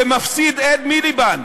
ומפסיד, אד מיליבנד.